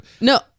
No